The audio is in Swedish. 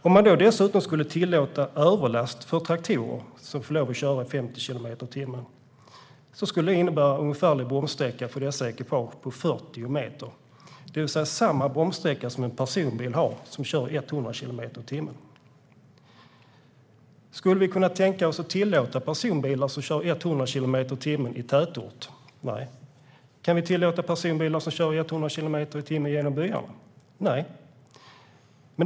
Om man dessutom tillåter överlast för traktorer som får lov att köra i 50 kilometer per timme skulle det innebära en ungefärlig bromssträcka på 40 meter för dessa ekipage, det vill säga samma bromssträcka som för en personbil som kör i 100 kilometer per timme. Skulle vi kunna tänka oss att tillåta personbilar som kör i 100 kilometer per timme i tätort? Nej. Kan vi tillåta personbilar som kör i 100 kilometer per timme genom byarna? Nej.